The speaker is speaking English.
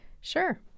Sure